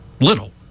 little